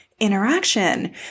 interaction